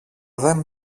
δεν